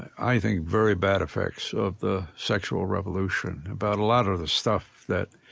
i think, very bad effects of the sexual revolution, about a lot of the stuff that